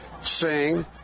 sing